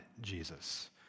Jesus